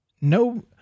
no